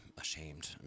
ashamed